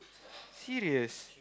serious